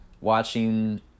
watching